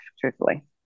truthfully